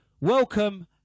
welcome